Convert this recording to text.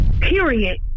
Period